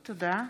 תודה.